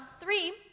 Three